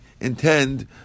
intend